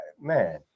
man